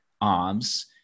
arms